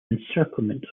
encirclement